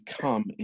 come